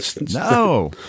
No